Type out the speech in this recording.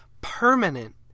permanent